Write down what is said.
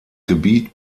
gebiet